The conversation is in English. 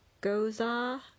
goza